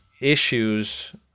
issues